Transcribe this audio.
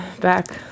back